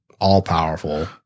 All-powerful